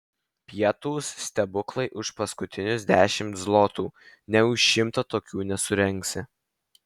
pietūs stebuklai už paskutinius dešimt zlotų nė už šimtą tokių nesurengsi